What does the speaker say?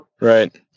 Right